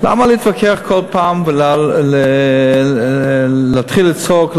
למה להתווכח כל פעם ולהתחיל לצעוק,